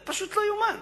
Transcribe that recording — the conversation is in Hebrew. זה פשוט לא יאומן.